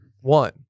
One